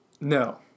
No